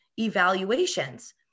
evaluations